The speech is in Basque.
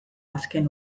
azken